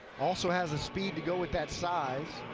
also has the speed to go with that size.